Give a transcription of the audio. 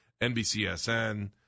NBCSN